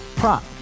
prop